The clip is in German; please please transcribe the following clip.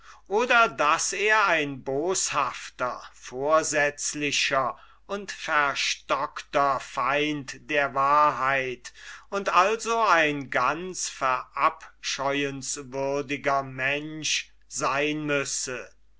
oder daß er ein boshafter vorsetzlicher und verstockter feind der wahrheit und also ein ganz verabscheuenswürdiger mensch sein müsse